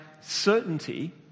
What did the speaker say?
certainty